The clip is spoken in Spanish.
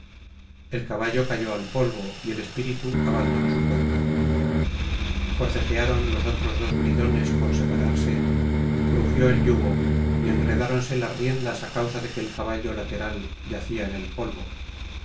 el caballo cayó al polvo y el espíritu abandonó su cuerpo forcejaron los otros dos bridones por separarse crujió el yugo y enredáronse las riendas á causa de que el caballo lateral yacía en el polvo